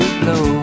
blow